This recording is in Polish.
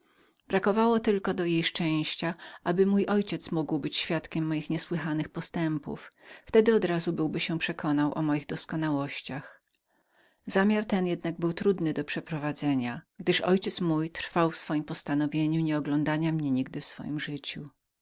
brakowało tylko do jej szczęścia aby mój ojciec mógł był być świadkiem moich niesłychanych postępów wtedy od razu byłby przekonał się o moich doskonałościach zamiar ten jednak był trudnym do przeprowadzenia gdyż ojciec mój trwał w swojem postanowieniu nie oglądania mnie nigdy w swem życiu